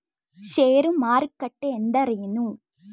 ಷೇರು ಮಾರುಕಟ್ಟೆ ಎಂದರೇನು?